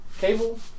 Cable